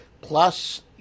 Plus